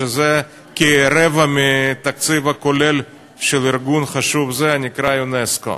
שזה כרבע מהתקציב הכולל של ארגון חשוב זה שנקרא אונסק"ו.